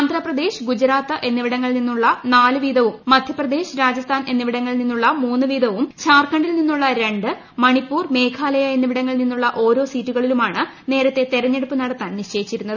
ആന്ധ്ര പ്രദേശ് ഗുജറാത്ത് എന്നിവിടങ്ങളിൽ നിന്നുള്ള നാല് വീതവും മധ്യപ്രദേശ് രാജസ്ഥാൻ എന്നിവിടങ്ങളിൽ നിന്നുള്ള മൂന്ന് വീതവും ത്ധാർഖണ്ഡിൽ നിന്നുള്ള രണ്ട് മണിപ്പൂർ മേഘാലയ എന്നിവിടങ്ങളിൽ നിന്നുള്ള ഓരോ സീറ്റുകളിലുമാണ് നേരത്തെ തെരഞ്ഞെടുപ്പ് നടത്താൻ നിശ്ചയിച്ചിരുന്നത്